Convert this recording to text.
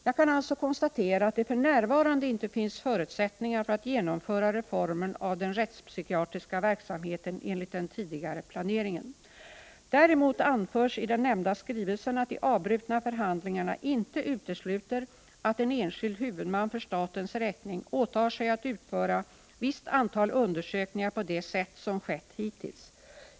Jag kan alltså konstatera att det för närvarande inte finns förutsättningar för att genomföra reformen av den rättspsykiatriska verksamheten enligt den tidigare planeringen. 73 Däremot anförs i den nämnda skrivelsen att de avbrutna förhandlingarna inte utesluter att en enskild huvudman för statens räkning åtar sig att utföra visst antal undersökningar på det sätt som skett hittills.